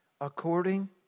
According